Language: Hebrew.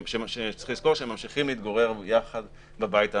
שצריך לזכור שהם ממשיכים להתגורר יחד בבית המשותף.